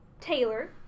Taylor